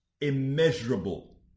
immeasurable